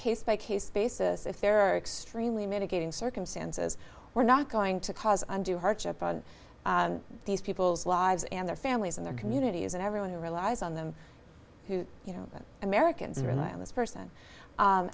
case by case basis if there are extremely mitigating circumstances we're not going to cause undue hardship on these people's lives and their families and their communities and everyone who relies on them you know americans rely on this person